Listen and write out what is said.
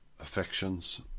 affections